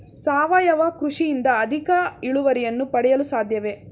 ಸಾವಯವ ಕೃಷಿಯಿಂದ ಅಧಿಕ ಇಳುವರಿಯನ್ನು ಪಡೆಯಲು ಸಾಧ್ಯವೇ?